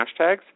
hashtags